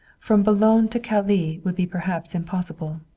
from boulogne to calais would be perhaps impossible.